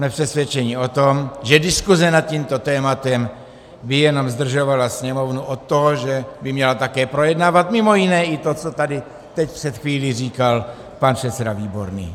Jsme přesvědčeni o tom, že diskuze nad tímto tématem by jenom zdržovala Sněmovnu od toho, že by měla také projednávat mimo jiné i to, co tady teď před chvílí říkal pan předseda Výborný.